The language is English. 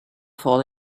fall